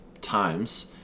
times